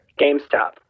GameStop